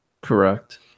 correct